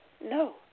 No